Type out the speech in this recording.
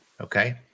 Okay